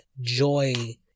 joy